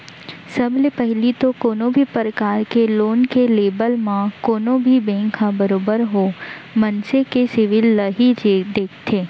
सब ले पहिली तो कोनो भी परकार के लोन के लेबव म कोनो भी बेंक ह बरोबर ओ मनसे के सिविल ल ही देखथे